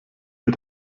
wir